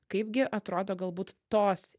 kaip gi atrodo galbūt tos